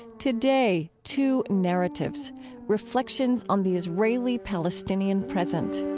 today, two narratives reflections on the israeli-palestinian present.